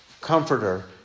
comforter